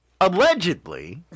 Allegedly